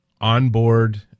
onboard